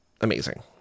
amazing